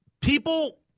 people